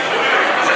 59,